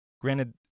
Granted